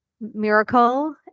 miracle